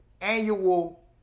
annual